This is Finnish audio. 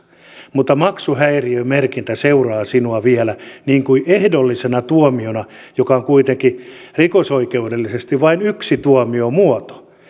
mutta maksuhäiriömerkintä seuraa sinua vielä niin kuin ehdollisena tuomiona joka on kuitenkin rikosoikeudellisesti vain yksi tuomiomuoto